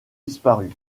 disparu